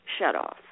shutoff